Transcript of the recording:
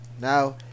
now